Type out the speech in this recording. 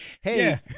Hey